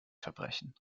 verbrechen